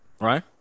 right